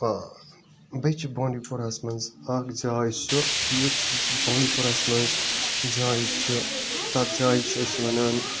آ بیٚیہِ چھِ بانٛڈی پوراہَس مَنٛز اَکھ جاے سُہ یُس بانٛڈی پوراہَس مَنٛز جاے چھِ تتھ جایہِ چھِ أسۍ ونان